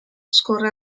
scorre